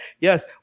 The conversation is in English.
Yes